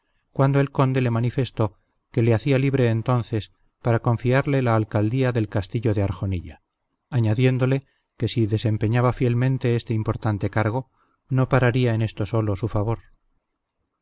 cuando el conde le manifestó que le hacía libre entonces para confiarle la alcaldía del castillo de arjonilla añadiéndole que si desempeñaba fielmente este importante cargo no pararía en esto sólo su favor